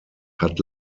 hat